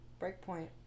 Breakpoint